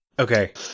Okay